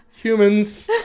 humans